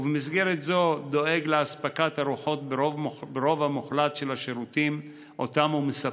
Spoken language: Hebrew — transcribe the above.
ובמסגרת זו דואג לאספקת ארוחות ברוב המוחלט של השירותים שהוא מספק.